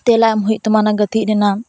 ᱛᱮᱞᱟ ᱮᱢ ᱦᱩᱭᱩᱜ ᱛᱟᱢᱟ ᱚᱱᱟ ᱜᱟᱹᱛᱤᱜ ᱨᱮᱱᱟᱜ